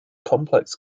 complex